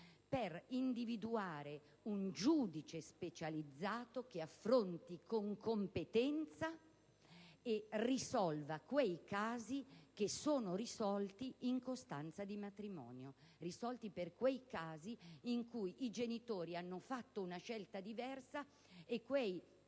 per individuare il giudice specializzato che deve affrontare con competenza e risolvere quei casi che sono risolti in costanza di matrimonio. Mi riferisco alla circostanza in cui i genitori hanno fatto una scelta diversa e i